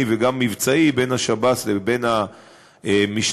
וגם מבצעי בין השב"ס לבין המשטרה.